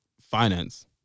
finance